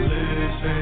Listen